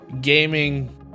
...gaming